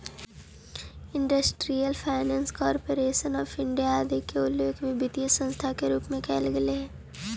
industrial finance corporation of India आदि के उल्लेख भी वित्तीय संस्था के रूप में कैल गेले हइ